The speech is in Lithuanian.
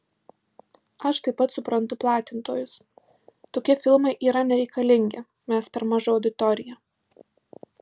aš taip pat suprantu platintojus tokie filmai yra nereikalingi mes per maža auditorija